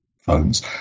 phones